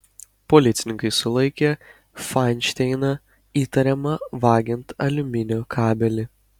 policininkai sulaikė fainšteiną įtariamą vagiant aliuminio kabelį